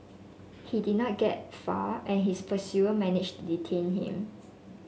he did not get far and his pursue managed to detain him